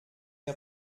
der